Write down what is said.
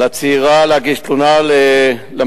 על הצעירה להגיש תלונה למח"ש,